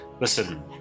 Listen